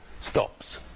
stops